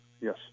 Yes